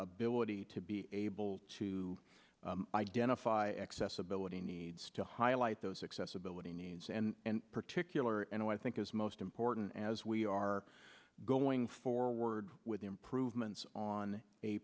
ability to be able to identify accessibility needs to highlight those accessibility needs and particular and i think is most important as we are going forward with improvements on a